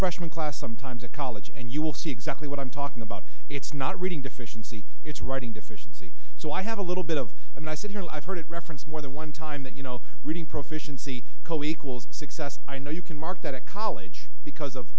freshman class sometimes a college and you will see exactly what i'm talking about it's not reading deficiency it's writing deficiency so i have a little bit of i said here i've heard it referenced more than one time that you know reading proficiency co equals success i know you can mark that at college because of